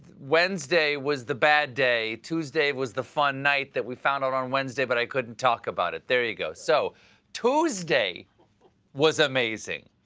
wednesday was the bad day. tuesday was the fun night that we found out on wednesday but i couldn't talk about it. there you go. so tuesday was amazing.